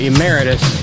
Emeritus